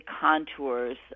contours